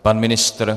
Pan ministr?